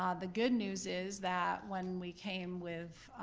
um the good news is that when we came with,